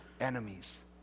enemies